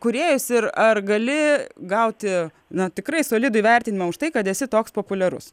kūrėjus ir ar gali gauti na tikrai solidų įvertinimą už tai kad esi toks populiarus